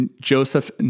Joseph